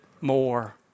more